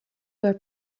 were